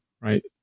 right